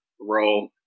role